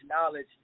knowledge